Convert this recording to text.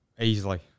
Easily